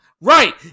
Right